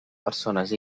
persones